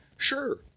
Sure